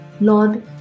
Lord